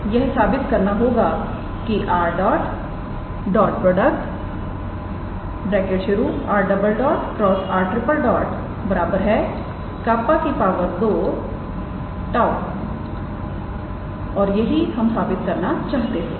तो हमें यह साबित करना होगा कि 𝑟̇ 𝑟̈× 𝑟⃛ 𝜅 2 𝜁 और यही हम साबित करना चाहते थे